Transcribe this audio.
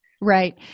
Right